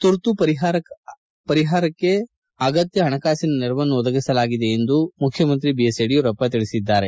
ತುರ್ತು ಪರಿಪಾರಕ್ಕೆ ಅಗತ್ಯ ಪಣಕಾಸಿನ ನೆರವನ್ನು ಒದಗಿಸಲಾಗಿದೆ ಎಂದು ಮುಖ್ಯಮಂತ್ರಿ ಬಿಎಸ್ ಯಡಿಯೂರಪ್ಪ ತಿಳಿಸಿದ್ದಾರೆ